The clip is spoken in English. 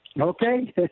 Okay